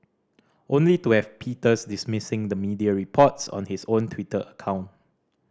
only to have Peters dismissing the media reports on his own Twitter account